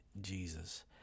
Jesus